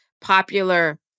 Popular